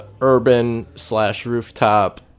urban-slash-rooftop